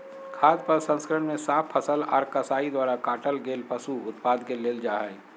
खाद्य प्रसंस्करण मे साफ फसल आर कसाई द्वारा काटल गेल पशु उत्पाद के लेल जा हई